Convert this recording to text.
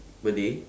per day